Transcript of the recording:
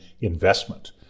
investment